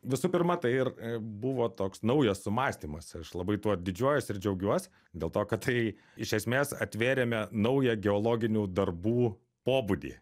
visų pirma tai ir buvo toks naujas sumąstymas aš labai tuo didžiuojuosi ir džiaugiuos dėl to kad tai iš esmės atvėrėme naują geologinių darbų pobūdį